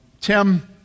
Tim